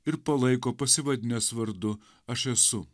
ir palaiko pasivadinęs vardu aš esu